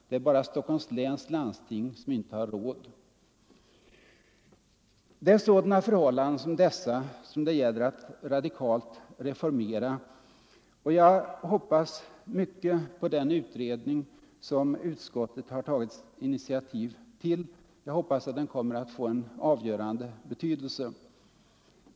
Det är bara Stockholms läns landsting som inte har råd...” Det är sådana förhållanden som dessa som det gäller att radikalt reformera, och jag hoppas att den utredning som utskottet har tagit initiativ till kommer att få en avgörande betydelse.